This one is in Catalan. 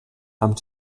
amb